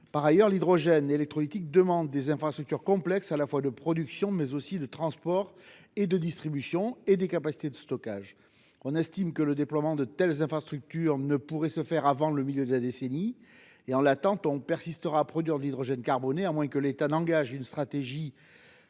Par ailleurs, l'hydrogène électrolytique suppose des infrastructures complexes, non seulement de production, mais aussi de transport et de distribution, et des capacités de stockage. On estime que le déploiement de telles infrastructures ne pourrait se faire avant le milieu de la décennie. Dans l'attente, on persistera à produire de l'hydrogène carboné, à moins que l'État n'engage une stratégie